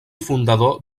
fundador